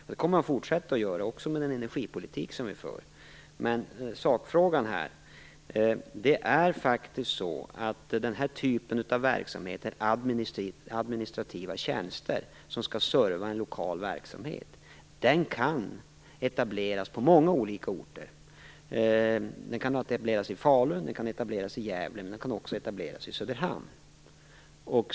Det kommer den att fortsätta göra också med den energipolitik som vi för. Men vi går tillbaka till sakfrågan. Den här typen av verksamhet är administrativa tjänster som skall serva en lokal verksamhet. Den kan etableras på många olika orter. Den kan etableras i Falun och den kan etableras i Gävle, men den kan också etableras i Söderhamn.